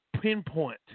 pinpoint